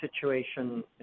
situation